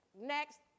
next